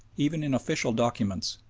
even in official documents,